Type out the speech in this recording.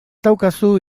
daukazu